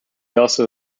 also